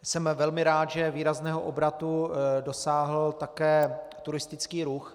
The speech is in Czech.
Jsem velmi rád, že výrazného obratu dosáhl také turistický ruch.